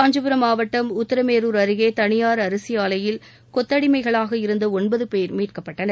காஞ்சிபுரம் மாவட்டம் உத்திரமேரூர் அருகே தனியார் அரிசி ஆலையில் கொத்தடிமைகளாக இருந்த ஒன்பது பேர் மீட்கப்பட்டனர்